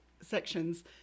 sections